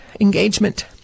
engagement